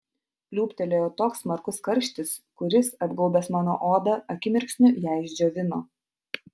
pliūptelėjo toks smarkus karštis kuris apgaubęs mano odą akimirksniu ją išdžiovino